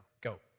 Go